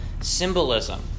symbolism